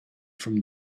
from